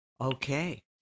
okay